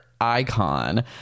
icon